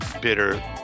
bitter